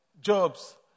jobs